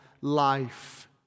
life